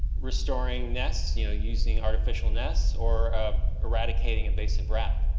restoring nests you know using artificial nests, or eradicating invasive rats?